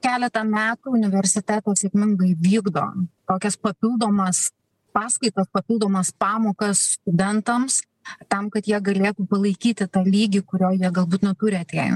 keletą metų universitetas sėkmingai vykdo tokias papildomas paskaitas papildomas pamokas studentams tam kad jie galėtų palaikyti tą lygį kurio jie galbūt neturi atėję